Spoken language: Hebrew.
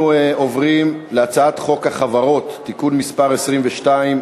אנחנו עוברים להצעת חוק החברות (תיקון מס' 22),